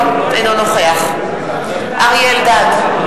אינו נוכח אריה אלדד,